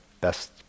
best